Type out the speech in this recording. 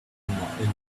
interrupted